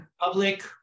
public